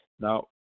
Now